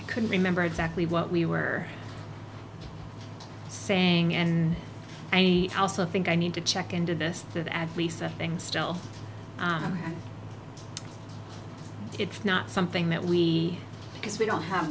i couldn't remember exactly what we were saying and i also think i need to check into this that at least one thing still it's not something that we because we don't have